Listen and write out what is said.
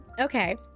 Okay